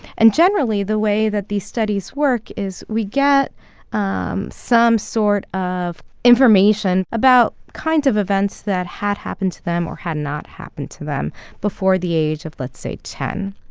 and generally, the way that these studies work is we get um some sort of information about kinds of events that had happened to them or had not happened to them before the age of, let's say, ten.